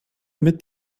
mit